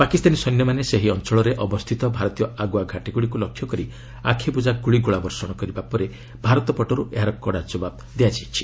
ପାକିସ୍ତାନୀ ସୈନ୍ୟମାନେ ସେହି ଅଞ୍ଚଳରେ ଅବସ୍ଥିତ ଭାରତୀୟ ଆଗୁଆ ଘାଟିଗୁଡ଼ିକୁ ଲକ୍ଷ୍ୟ କରି ଆଖିବୁଜା ଗୁଳିଗୋଳା ବର୍ଷଣ କରିବା ପରେ ଭାରତ ପଟରୁ ଏହାର କଡ଼ା ଜବାବ୍ ଦିଆଯାଇଛି